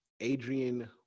Adrian